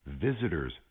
Visitors